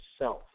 self